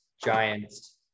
Giants